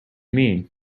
mean